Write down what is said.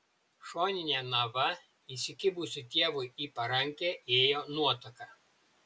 šonine nava įsikibusi tėvui į parankę ėjo nuotaka